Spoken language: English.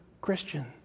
Christian